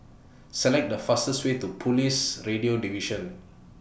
Select The fastest Way to Police Radio Division